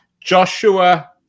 Joshua